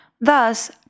Thus